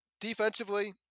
defensively